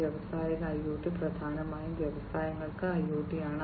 വ്യാവസായിക IoT പ്രധാനമായും വ്യവസായങ്ങൾക്ക് IoT ആണ്